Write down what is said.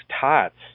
tots